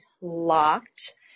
locked